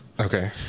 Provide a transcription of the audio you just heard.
Okay